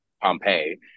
Pompeii